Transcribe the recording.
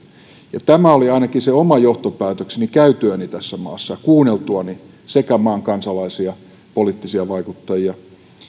tämä oli ainakin se oma johtopäätökseni käytyäni tässä maassa ja kuunneltuani sekä maan kansalaisia ja poliittisia vaikuttajia